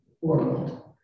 world